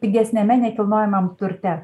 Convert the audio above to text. pigesniame nekilnojamam turte